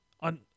on